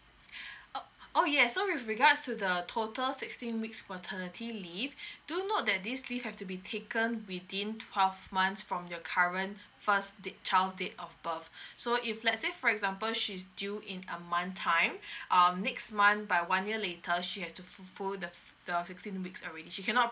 oh oh yes so with regards to the total sixteen weeks maternity leave do note that this leave have to be taken within twelve months from your current first dat~ child's date of birth so if let's say for example she's due in a month time um next month by one year later she has to full the the sixteen weeks already she cannot